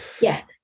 yes